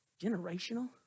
Generational